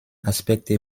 aspekte